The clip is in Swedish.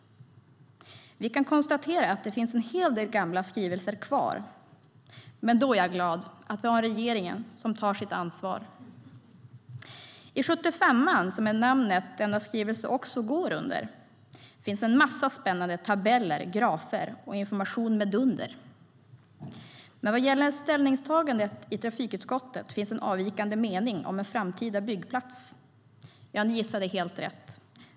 Vi kan konstatera att det finns en hel del gamla skrivelser kvar. Men då är jag glad att vi har en regering som tar sitt ansvar. I 75:an, som är namnet denna skrivelse också går under, finns en massa spännande tabeller, grafer och information med dunder. Men vad gäller ställningstagandet i trafikutskottet finns en avvikande mening om en framtida byggplats. Ja, ni gissade helt rätt.